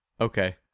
okay